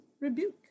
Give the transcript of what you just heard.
Rebuke